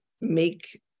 make